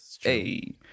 hey